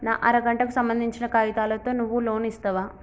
నా అర గంటకు సంబందించిన కాగితాలతో నువ్వు లోన్ ఇస్తవా?